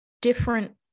different